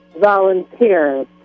volunteers